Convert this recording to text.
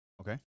Okay